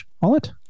wallet